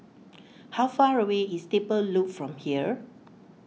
how far away is Stable Loop from here